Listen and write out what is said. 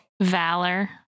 Valor